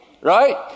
right